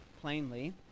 plainly